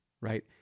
right